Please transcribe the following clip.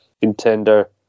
contender